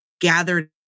gathered